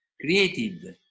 created